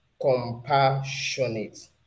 compassionate